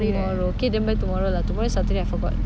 tomorrow okay then buy tomorrow lah tomorrow is saturday I forgot